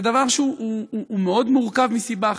הוא דבר שהוא מאוד מורכב מסיבה אחת: